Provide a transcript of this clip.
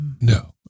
No